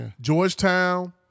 Georgetown